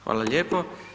Hvala lijepo.